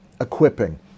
equipping